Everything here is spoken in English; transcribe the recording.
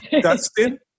Dustin